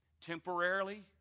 Temporarily